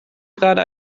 gerade